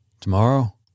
Tomorrow